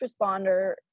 responder